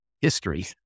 history